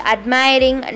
Admiring